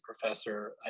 professor